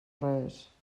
res